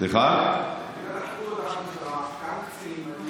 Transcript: לקחו לתחנת המשטרה, גם קצינים היו,